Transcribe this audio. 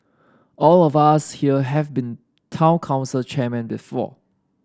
all of us here have been town council chairman before